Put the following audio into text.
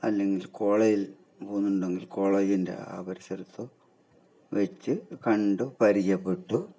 അല്ലെങ്കിൽ കോളേജിൽ പോകുന്നുണ്ടെങ്കിൽ കോളേജിൻ്റെ ആ പരിസരത്തോ വെച്ച് കണ്ടു പരിചയപ്പെട്ടു